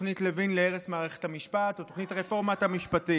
לתוכנית לוין להרס מערכת המשפט או לתוכנית רפורמת המשפטים.